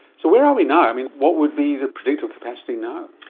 so where are we now? i mean, what would be the predictive capacity now?